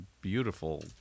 beautiful